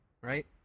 right